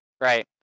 right